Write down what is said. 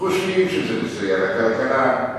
חושבים שזה מסייע לכלכלה,